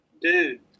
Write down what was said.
dude